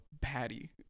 patty